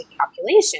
calculation